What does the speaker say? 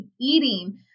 eating